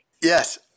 yes